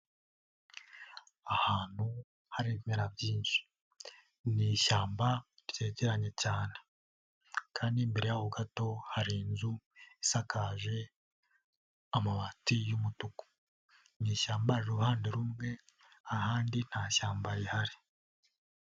Ahantu hari ibimera byinshi. Ni ishyamba ryegeranye cyane. Kandi imbere yaho gato hari inzu isakaje amabati y'umutuku. Iri shyamba riri uruhande rumwe ,ahandi nta shyamba rihari.